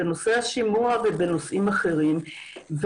בנושא השימוע ובנושאים אחרים,